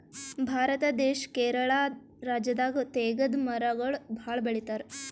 ಭಾರತ ದೇಶ್ ಕೇರಳ ರಾಜ್ಯದಾಗ್ ತೇಗದ್ ಮರಗೊಳ್ ಭಾಳ್ ಬೆಳಿತಾರ್